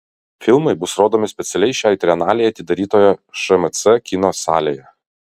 filmai bus rodomi specialiai šiai trienalei atidarytoje šmc kino salėje